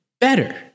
better